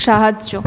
সাহায্য